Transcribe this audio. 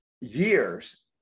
years